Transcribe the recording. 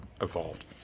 evolved